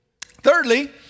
Thirdly